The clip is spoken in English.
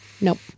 Nope